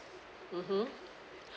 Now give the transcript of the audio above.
mmhmm